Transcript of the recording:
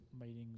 meetings